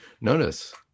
Notice